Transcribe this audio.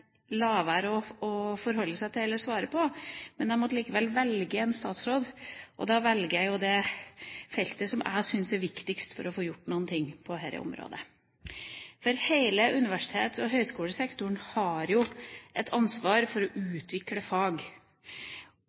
å forholde seg til eller svare på – men jeg måtte velge en statsråd, og da velger jeg jo en på det feltet som jeg syns det er viktigst å få gjort noe på. Hele universitets- og høyskolesektoren har jo et ansvar for å utvikle fag